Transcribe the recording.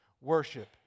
worship